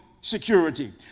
security